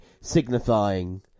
signifying